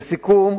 לסיכום,